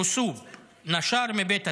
(אומר בערבית:) נשר מבית הספר,